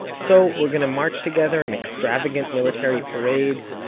so we're going to march together in extravagant military parades,